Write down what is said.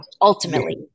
ultimately